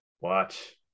watch